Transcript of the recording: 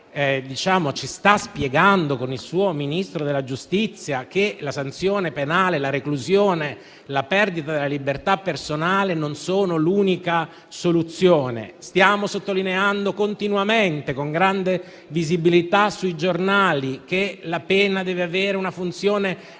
ci sta spiegando, con il suo Ministro della giustizia, che la sanzione penale, la reclusione e la perdita della libertà personale non sono l'unica soluzione. Stiamo sottolineando continuamente, con grande visibilità sui giornali, che la pena deve avere una funzione